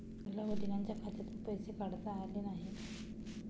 मोहनला वडिलांच्या खात्यातून पैसे काढता आले नाहीत